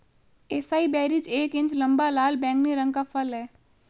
acai berries एक inch लंबा, लाल बैंगनी रंग का फल है